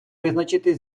визначити